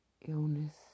illness